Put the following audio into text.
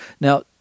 Now